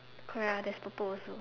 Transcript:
correct that's purple also